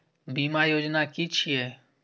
बीमा योजना कि छिऐ?